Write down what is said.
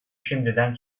şimdiden